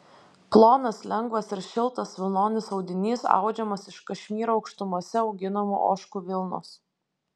plonas lengvas ir šiltas vilnonis audinys audžiamas iš kašmyro aukštumose auginamų ožkų vilnos